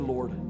Lord